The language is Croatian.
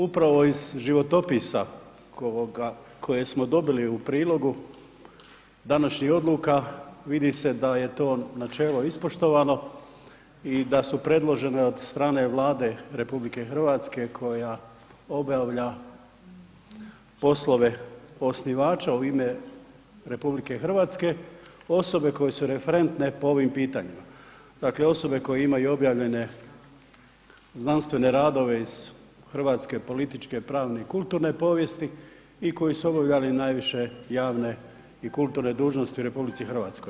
Upravo iz životopisa koje smo dobili u prilogu današnji odluka vidi se da je to načelo ispoštovano i da su predložene od strane Vlade RH koja obavlja poslove osnivača u ime RH, osobe koje su referentne po ovim pitanjima, dakle osobe koje imaju objavljene znanstvene radove ih hrvatske, političke, pravne i kulturne povijesti i koji su obavljali najviše javne i kulturne dužnosti u RH.